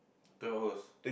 twelve hours